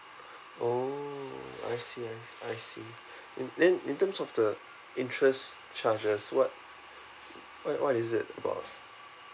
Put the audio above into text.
oh I see I I see then in terms of the interest charges what what is it about